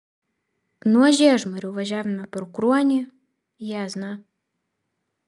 nuo žiežmarių važiavome pro kruonį jiezną